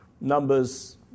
numbers